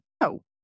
No